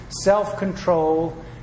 self-control